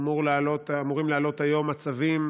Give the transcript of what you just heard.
אמורים לעלות היום הצווים